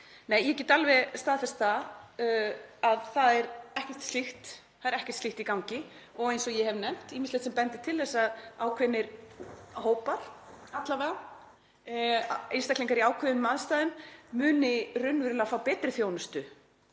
ég get alveg staðfest að það er ekkert slíkt í gangi og eins og ég hef nefnt þá er ýmislegt sem bendir til þess að ákveðnir hópar, alla vega, einstaklingar í ákveðnum aðstæðum, muni raunverulega fá betri þjónustu